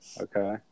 Okay